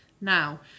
Now